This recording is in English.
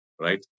right